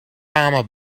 mama